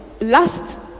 last